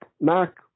Mark